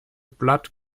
blood